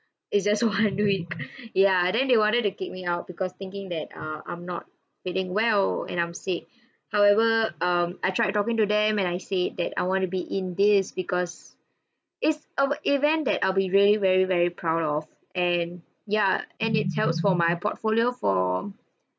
it's just one week ya then they wanted to kick me out because thinking that uh I'm not feeling well and I'm sick however um I tried talking to them and I said that I want to be in this because it's a event that I'll be really very very proud of and yeah and it tells for my portfolio for